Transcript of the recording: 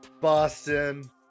Boston